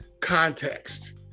context